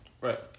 Right